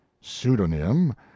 pseudonym